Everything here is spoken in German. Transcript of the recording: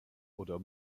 oder